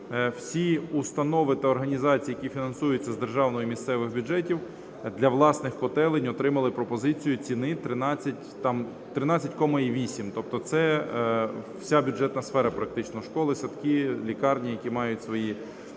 всі установи та організації, які фінансуються з державного і місцевих бюджетів, для власних котелень отримали пропозицію ціни в 13,8. Тобто це вся бюджетна сфера практично – школи садки, лікарні, які мають свої